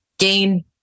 Gain